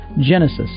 Genesis